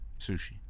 Sushi